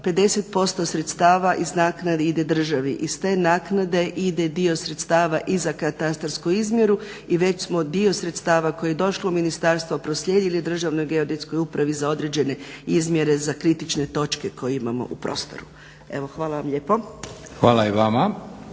50% sredstava iz naknade ide državi. Iz te naknade ide dio sredstava i za katastarsku izmjeru i već smo dio sredstava koje je došlo u ministarstvo proslijedili Državnoj geodetskoj upravi za određene izmjere za kritične točke koje imamo u prostoru. Evo hvala vam lijepo. **Leko, Josip